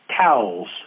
towels